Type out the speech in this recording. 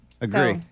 Agree